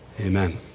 Amen